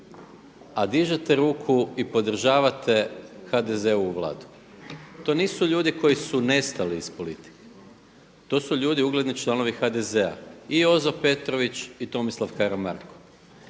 a dižete ruku i podržavate HDZ-ovu vladu. To nisu ljudi koji su nestali iz politike, to su ljudi ugledni članovi HDZ-a i Jozo Petrović i Tomislav Karamarko.